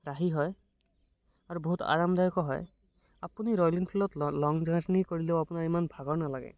ৰাহি হয় আৰু বহুত আৰামদায়কো হয় আপুনি ৰয়েল এনফিল্ডত লং জাৰ্ণি কৰিলেও আপোনাৰ ইমান ভাগৰ নালাগে